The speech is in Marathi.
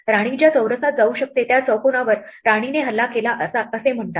राणी ज्या चौरसात जाऊ शकते त्या चौकोनावर राणीने हल्ला केला असे म्हणतात